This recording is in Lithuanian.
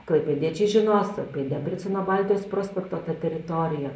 klaipėdiečiai žinos apie debreceno baltijos prospekto tą teritoriją